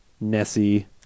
Nessie